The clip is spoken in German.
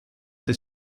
des